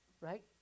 Right